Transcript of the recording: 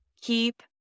Keep